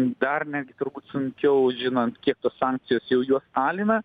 dar netgi turbūt sunkiau žinant kiek tos sankcijos jau juos alina